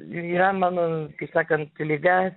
yra mano kaip sakant liga